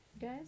Guys